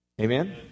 Amen